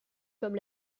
comme